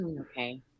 okay